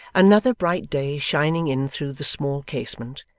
another bright day shining in through the small casement,